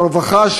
ברווחה,